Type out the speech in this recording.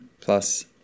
plus